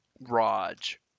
Raj